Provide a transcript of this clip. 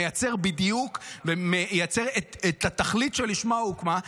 מייצר בדיוק את התכלית שלשמה הוא הוקם,